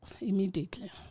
Immediately